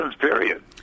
period